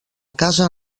casa